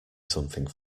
something